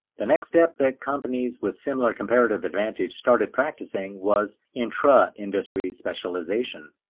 the next step that companies with similar comparative advantage started practicing, was intra-industry specialization.